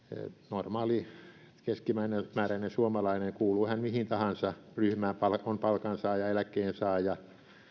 normaali keskimääräinen suomalainen kuuluu hän mihin tahansa ryhmään on palkansaaja eläkkeensaaja